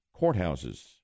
courthouses